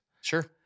Sure